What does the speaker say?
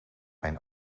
mijn